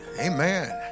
Amen